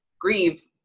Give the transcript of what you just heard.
grieve